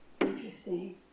interesting